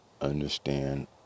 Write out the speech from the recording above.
understand